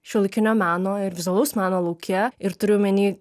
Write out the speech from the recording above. šiuolaikinio meno ir vizualaus meno lauke ir turiu omeny